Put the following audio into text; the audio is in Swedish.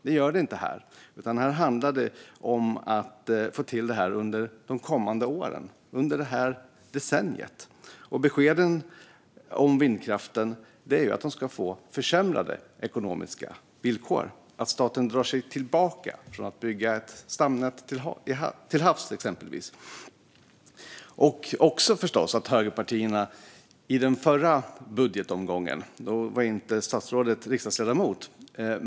Det gör det inte här, utan här handlar det om att få till detta under de kommande åren under det här decenniet. Beskeden om vindkraften är att den ska få försämrade ekonomiska villkor. Exempelvis drar sig staten tillbaka från att bygga ett stamnät till havs. I den förra budgetomgången var statsrådet inte riksdagsledamot.